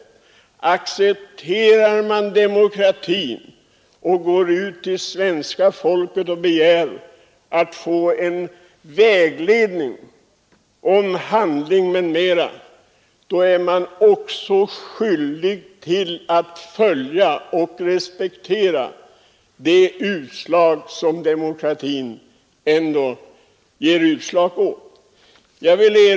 Accepterar man det demokratiska styrelseskicket och går ut till svenska folket för att få vägledning om handlingsprogram m.m., då är man också skyldig att respektera och följa det demokratiska utslaget.